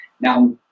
Now